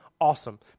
awesome